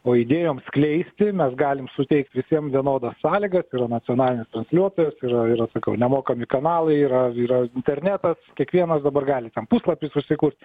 o idėjoms skleisti mes galim suteikt visiems vienodas sąlygas yra nacionalinis transliuotojas yra yra sakiau nemokami kanalai yra yra internetas kiekvienas dabar gali ten puslapį susikurt